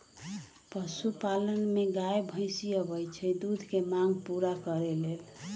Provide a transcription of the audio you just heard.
पशुपालन में गाय भइसी आबइ छइ दूध के मांग पुरा करे लेल